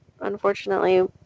unfortunately